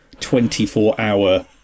24-hour